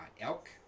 elk